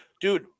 Dude